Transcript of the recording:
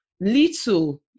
little